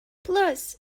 plus